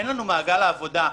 אין לנו מעגל עבודה.